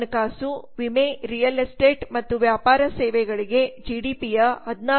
ಹಣಕಾಸು ವಿಮೆ real estate ಮತ್ತು ವ್ಯಾಪಾರ ಸೇವೆಗಳಿಗೆ ಜಿಡಿಪಿಯ 16